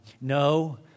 No